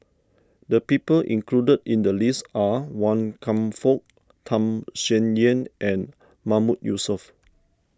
the people included in the list are Wan Kam Fook Tham Sien Yen and Mahmood Yusof